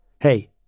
Hey